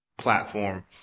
platform